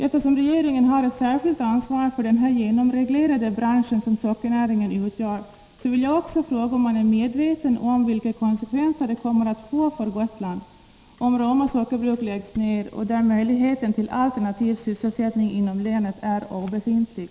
Eftersom regeringen har ett särskilt ansvar för den genomreglerade bransch som sockernäringen utgör, vill jag också fråga om man är medveten om vilka konsekvenser det kommer att få för Gotland om Roma sockerbruk läggs ner. Möjligheten till alternativ sysselsättning inom länet är obefintlig.